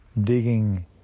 digging